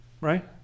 right